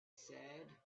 said